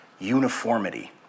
uniformity